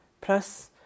Plus